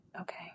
okay